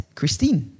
Christine